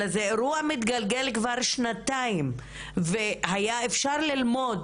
אלא זה אירוע שהוא מתגלגל כבר שנתיים והיה אפשר ללמוד